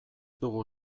dugu